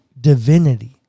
divinity